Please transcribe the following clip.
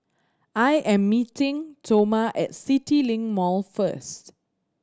I am meeting Toma at CityLink Mall first